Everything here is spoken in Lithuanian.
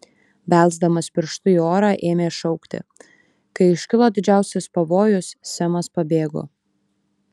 besdamas pirštu į orą ėmė šaukti kai iškilo didžiausias pavojus semas pabėgo